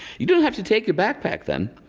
you don't have to take your backpack then.